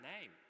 name